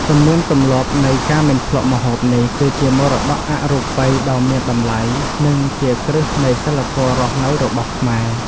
ទំនៀមទម្លាប់នៃការមិនភ្លក្សម្ហូបនេះ គឺជាមរតកអរូបីដ៏មានតម្លៃ និងជាគ្រឹះនៃសីលធម៌រស់នៅរបស់ខ្មែរ។